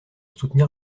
soutenir